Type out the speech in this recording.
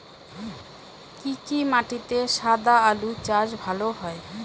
কি কি মাটিতে সাদা আলু চাষ ভালো হয়?